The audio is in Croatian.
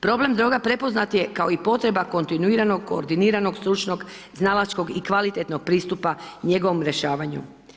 Problem droga prepoznat je kao i potreba kontinuiranog, koordiniranog stručnog, znalačkog i kvalitetnog pristupa njegovom rješavanju.